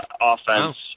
offense